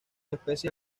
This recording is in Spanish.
especies